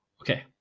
Okay